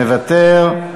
מוותר.